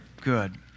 Good